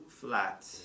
flat